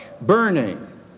burning